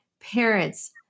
parents